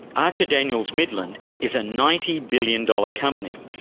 archer daniels midland is a ninety billion dollars company,